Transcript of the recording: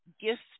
Gifts